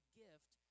gift